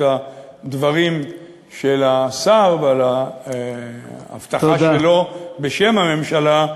הדברים של השר ואת ההבטחה שלו בשם הממשלה,